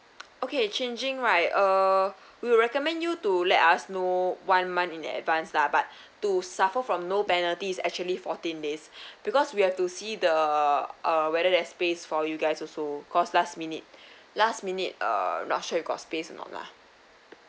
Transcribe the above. okay changing right err we recommend you to let us know one month in advance lah but to suffer from no penalty is actually fourteen days because we have to see the uh whether there's space for you guys also cause last minute last minute uh not sure you got space or not lah